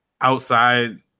outside